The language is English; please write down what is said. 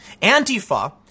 Antifa